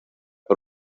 per